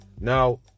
now